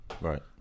Right